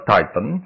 Titan